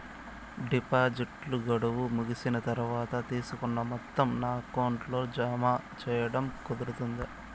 డిపాజిట్లు గడువు ముగిసిన తర్వాత, తీసుకున్న మొత్తం నా అకౌంట్ లో జామ సేయడం కుదురుతుందా?